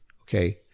okay